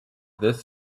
this